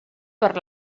per